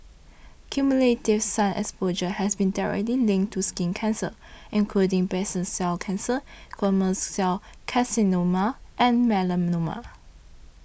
cumulative sun exposure has been directly linked to skin cancer including basal cell cancer squamous cell carcinoma and melanoma